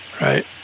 Right